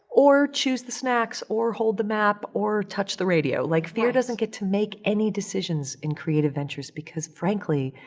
or choose the snacks or hold the map or touch the radio. like, fear doesn't get to make any decisions in creative ventures because frankly,